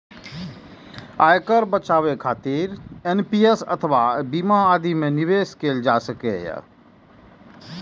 आयकर बचाबै खातिर एन.पी.एस अथवा बीमा आदि मे निवेश कैल जा सकैए